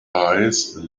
eyes